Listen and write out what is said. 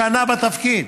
שנה בתפקיד.